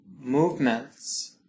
movements